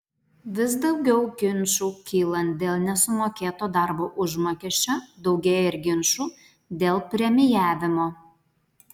vis daugiau ginčų kylant dėl nesumokėto darbo užmokesčio daugėja ir ginčų dėl premijavimo